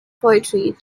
poetry